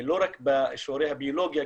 לא רק בשיעורי הביולוגיה,